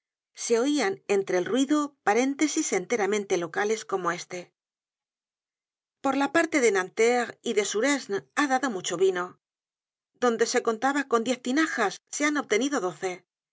se oian entre el ruido paréntesis enteramente locales como este por la parte de nanterre y de suresne ha dado mucho el vino donde se contaba con diez tinajas se han obtenido doce